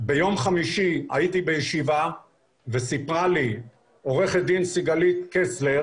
ביום חמישי הייתי בישיבה וסיפרה לי עורכת דין סיגלית קסלר